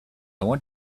want